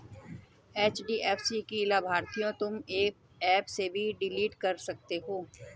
HDFC की लाभार्थियों तुम एप से भी डिलीट कर सकते हो